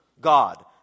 God